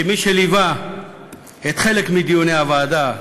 כמי שליווה את חלק מדיוני הוועדה,